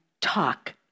talk